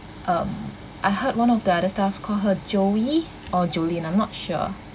um I heard one of the other staff call her joey or jolin I'm not sure